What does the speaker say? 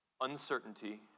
uncertainty